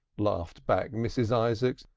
laughed back mrs. isaacs.